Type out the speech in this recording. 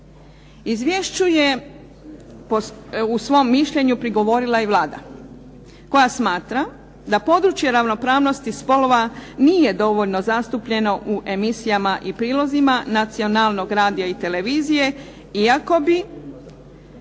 Izvješću je u svom mišljenju prigovorila i Vlada koja smatra da područje ravnopravnosti spolova nije dovoljno zastupljeno u emisijama i prilozima nacionalnog radija i televizije iako bi